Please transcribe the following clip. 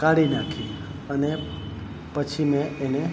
કાઢી નાખી અને પછી મેં એને